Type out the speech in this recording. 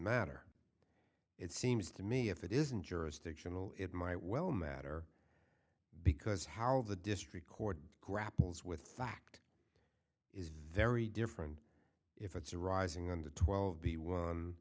matter it seems to me if it isn't jurisdictional it might well matter because how the district court grapples with fact is very different if it's arising on the twelve be